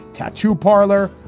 tattoo parlor,